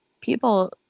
people